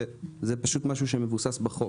וזה פשוט משהו שמבוסס בחוק.